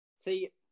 See